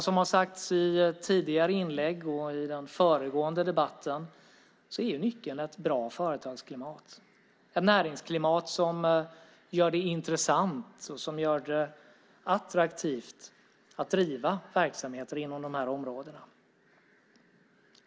Som har sagts i tidigare inlägg och i den föregående debatten är nyckeln ett bra företagsklimat. Det är ett näringsklimat som gör det intressant och attraktivt att driva verksamheter inom områdena.